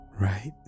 right